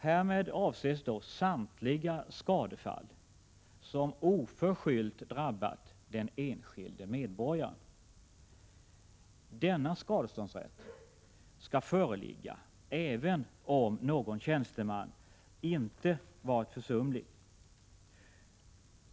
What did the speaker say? Härmed avses då samtliga skadefall som oförskyllt drabbar den enskilde medborgaren. Denna skadeståndsrätt skall föreligga även om inte någon tjänsteman varit försumlig.